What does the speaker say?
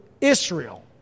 Israel